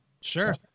sure